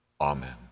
amen